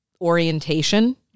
orientation